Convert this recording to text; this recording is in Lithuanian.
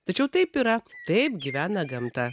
tačiau taip yra taip gyvena gamta